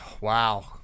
Wow